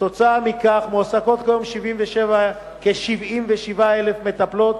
וכתוצאה מכך מועסקות היום כ-77,000 מטפלות